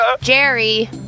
Jerry